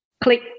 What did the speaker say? click